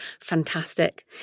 fantastic